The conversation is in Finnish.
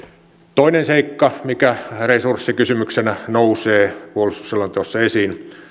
toinen seikka mikä resurssikysymyksenä nousee puolustusselonteossa esiin